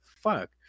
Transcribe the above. fuck